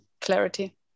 clarity